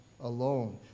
alone